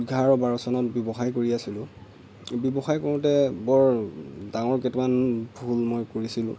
এঘাৰ বাৰ চনত ব্যৱসায় কৰি আছিলোঁ ব্যৱসায় কৰোঁতে বৰ ডাঙৰ কেইটামান ভুল মই কৰিছিলোঁ